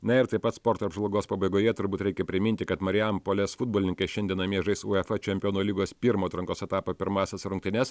na ir taip pat sporto apžvalgos pabaigoje turbūt reikia priminti kad marijampolės futbolininkės šiandien namie žais uefa čempionų lygos pirmo atrankos etapo pirmąsias rungtynes